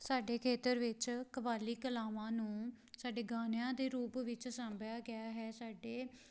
ਸਾਡੇ ਖੇਤਰ ਵਿੱਚ ਕਬਾਇਲੀ ਕਲਾਵਾਂ ਨੂੰ ਸਾਡੇ ਗਾਣਿਆਂ ਦੇ ਰੂਪ ਵਿੱਚ ਸਾਂਭਿਆ ਗਿਆ ਹੈ ਸਾਡੇ